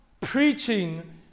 preaching